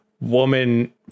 woman